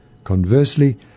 Conversely